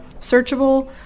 searchable